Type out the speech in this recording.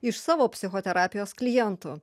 iš savo psichoterapijos klientų